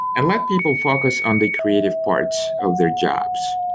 and let people focus on the creative parts of their jobs.